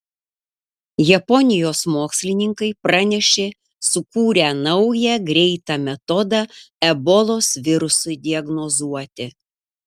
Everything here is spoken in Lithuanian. japonijos mokslininkai pranešė sukūrę naują greitą metodą ebolos virusui diagnozuoti